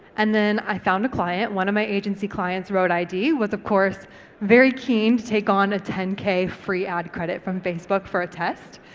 and then i found a client, one of my agency clients, road id, was of course very keen to take on a ten k free ad credit from facebook for a test.